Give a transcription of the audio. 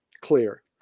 clear